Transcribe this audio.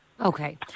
Okay